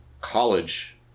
college